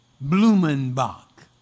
Blumenbach